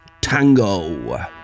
tango